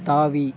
தாவி